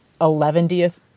eleventieth